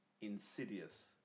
insidious